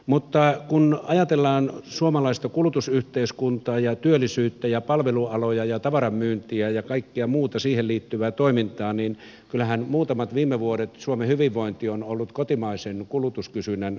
mutta kun ajatellaan suomalaista kulutusyhteiskuntaa ja työllisyyttä ja palvelualoja ja tavaranmyyntiä ja kaikkea muuta siihen liittyvää toimintaa niin kyllähän suomen hyvinvointi on ollut muutamat viime vuodet kotimaisen kulutuskysynnän varassa